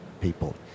people